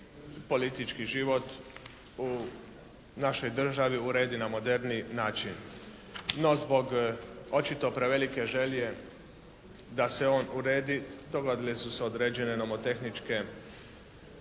politički život u našoj državi uredi na moderniji način. No zbog očito prevelike želje da se on uredi dogodile su se određene nomotehničke